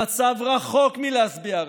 המצב רחוק מלהשביע רצון,